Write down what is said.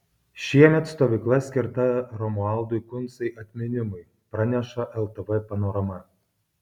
šiemet stovykla skirta romualdui kuncai atminimui praneša ltv panorama